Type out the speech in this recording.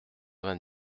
vingt